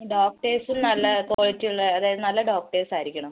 ഡോക്ടേഴ്സും നല്ല ക്വാളിറ്റി ഉള്ള അതായത് നല്ല ഡോക്ടേഴ്സ് ആയിരിക്കണം